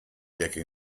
decke